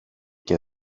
και